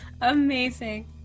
Amazing